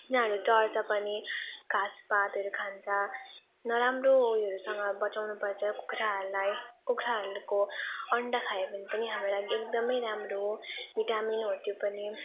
तिनीहरू चर्छ पनि घाँसपातहरू खान्छ नराम्रो उयोहरूसँग बचाउनु पर्छ कुखुराहरूलाई कुखुराहरूको अन्डा खायो भने पनि हाम्रो लागि एकदम राम्रो हो भिटामिन हो त्यो पनि